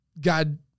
God